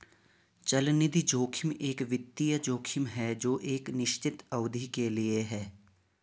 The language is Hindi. चलनिधि जोखिम एक वित्तीय जोखिम है जो एक निश्चित अवधि के लिए है